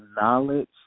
knowledge